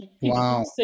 Wow